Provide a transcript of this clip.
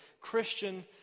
Christian